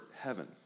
heaven